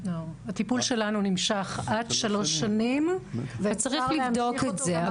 הטיפול שלנו נמשך עד שלוש שנים ואפשר להמשיך אותו גם עד חמש שנים.